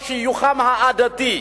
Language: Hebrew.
או שיוכם העדתי.